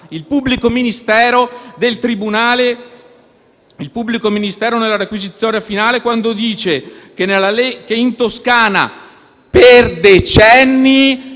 Il pubblico ministero nella requisitoria finale, quando dice che in Toscana per decenni,